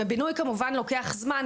בינוי כמובן לוקח זמן,